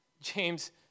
James